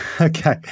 Okay